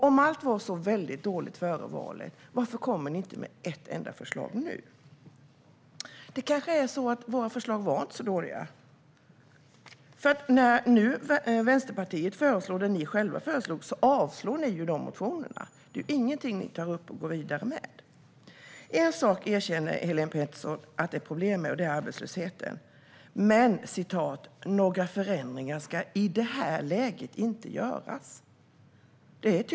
Om allt var så väldigt dåligt före valet, varför kommer ni inte med ett enda förslag nu? Våra förslag kanske inte var så dåliga i själva verket. När nu Vänsterpartiet föreslår det som ni själva tidigare föreslog avstyrker ni de motionerna. Det är ingenting ni tar upp och går vidare med. En sak erkänner Helén Pettersson att det är problem med, och det är arbetslösheten. Men några förändringar ska i det här läget inte göras, säger hon.